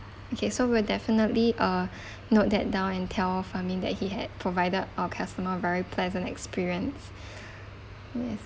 okay so we will definitely uh note that down and tell farmin that he had provided our customer a very pleasant experience yes